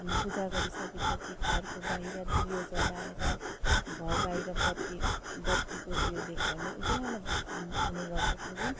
अनि पुजा गरी सकेपछि घरको बाहिर दियो जलाएर घर बाहिर बत्ति बत्तिको दियोले घर नै उज्यालो भ हुन् हुनो गर्छ त्यो दिन